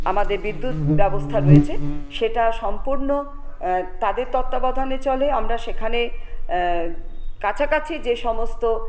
আমাদের বিদ্যুৎ ব্যবস্থা রয়েছে সেটা সম্পূর্ণ তাদের তত্ত্বাবধানে চলে আমরা সেখানে কাছাকাছি যে সমস্ত